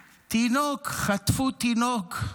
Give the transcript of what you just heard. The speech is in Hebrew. תינוק, חטפו תינוק.